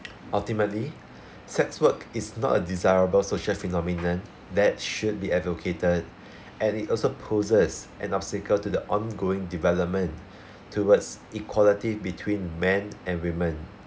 ultimately sex work is not a desirable social phenomenon that should be advocated and it also poses an obstacle to the ongoing development towards equality between men and women